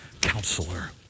counselor